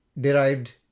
derived